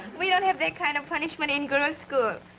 we don't have that kind of punishment in girls schools,